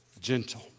gentle